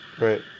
Right